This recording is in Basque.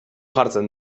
jartzen